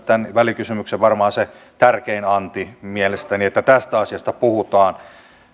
tämän välikysymyksen varmaan se tärkein anti mielestäni että tästä asiasta puhutaan